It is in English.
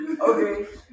Okay